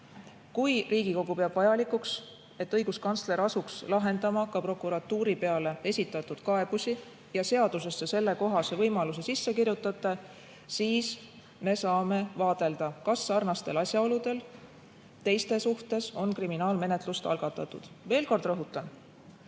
Kui Riigikogu peab vajalikuks, et õiguskantsler asuks lahendama ka prokuratuuri peale esitatud kaebusi, ja kui te seadusesse sellekohase võimaluse sisse kirjutate, siis me saame vaadelda, kas sarnastel asjaoludel teiste suhtes on kriminaalmenetlust algatatud. Veel kord rõhutan,